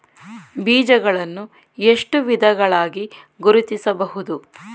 ಬೀಜಗಳನ್ನು ಎಷ್ಟು ವಿಧಗಳಾಗಿ ಗುರುತಿಸಬಹುದು?